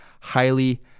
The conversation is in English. highly